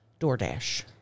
DoorDash